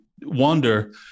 wonder